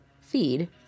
Feed